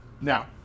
Now